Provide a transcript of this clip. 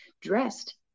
dressed